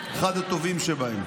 אחד הטובים שבהם.